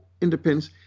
independence